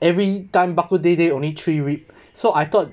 every time bak-kut-teh day only three rib so I thought